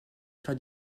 fin